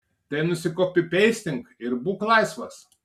tai nusikopipeistink ir būk laisvas